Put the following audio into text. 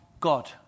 God